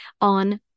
on